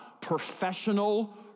professional